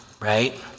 right